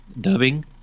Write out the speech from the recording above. dubbing